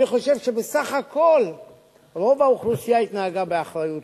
אני חושב שבסך הכול רוב האוכלוסייה התנהגה באחריות.